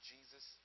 jesus